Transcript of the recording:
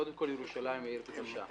קודם כול, ירושלים היא עיר קדושה.